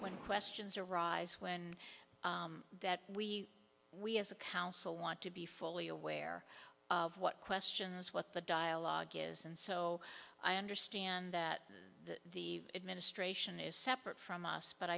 when questions arise when that we we as a council want to be fully aware of what questions what the dialogue is and so i understand that the administration is separate from us but